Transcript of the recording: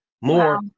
More